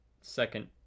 second